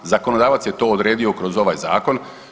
Zakonodavac je to odredio kroz ovaj zakon.